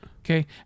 Okay